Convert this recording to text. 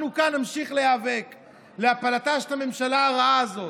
אנחנו נמשיך להיאבק להפלתה של הממשלה הרעה הזאת,